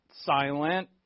silent